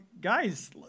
Guys